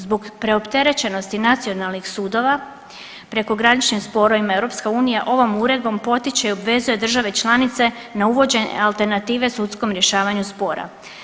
Zbog preopterećenosti nacionalnih sudova prekogranične sporove EU ovom uredbom potiče i obvezuje države članice na uvođenje alternative sudskom rješavanju spora.